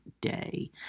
day